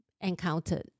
encountered